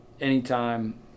anytime